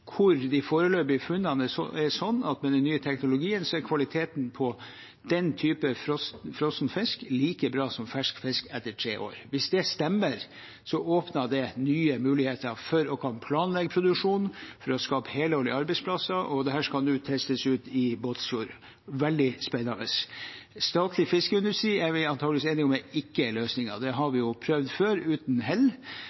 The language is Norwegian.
hvor de foreløpige funnene er sånn at med den nye teknologien er kvaliteten på den typen frossen fisk like bra som fersk fisk etter tre år. Hvis det stemmer, åpner det for nye muligheter for å kunne planlegge produksjonen, for å skape helårige arbeidsplasser, og dette skal nå testes ut i Båtsfjord – veldig spennende. Statlig fiskeindustri er vi antakelig enige om at ikke er løsningen. Det har